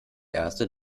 erste